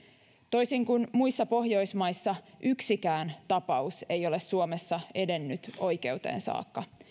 toisin kuin muissa pohjoismaissa yksikään tapaus ei ole suomessa edennyt oikeuteen saakka